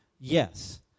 Yes